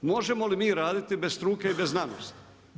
Možemo li mi raditi bez struke i bez znanosti?